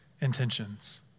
intentions